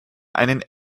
einen